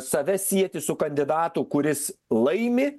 save sieti su kandidatu kuris laimi